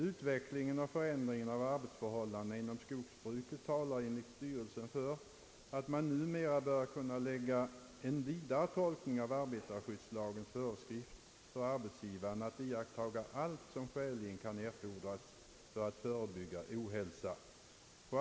Utvecklingen och förändringen av arbetsförhållandena inom skogsbruket talar enligt styrelsen för att man numera bör kunna göra en vidare tolkning av arbetarskyddslagens föreskrifter för arbetsgivaren att iakttaga allt som skäligen kan erfordras för att förebygga ohälsa.